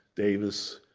davis,